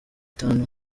itanu